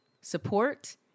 Support